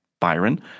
Byron